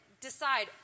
decide